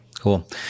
cool